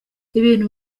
ibintu